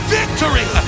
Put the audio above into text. victory